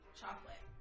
chocolate